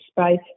space